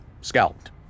scalped